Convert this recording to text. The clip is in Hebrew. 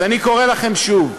אז אני קורא לכם שוב,